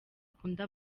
akunda